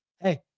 Hey